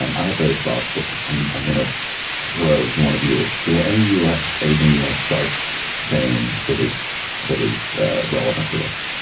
i have various thoughts, but i'm i'm going to throw to one of you. do any of you have anything you want to start saying that is that is relevant to this?